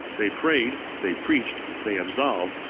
they prayed, they preached, they absolved,